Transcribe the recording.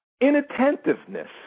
inattentiveness